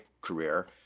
career